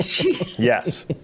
Yes